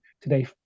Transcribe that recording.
today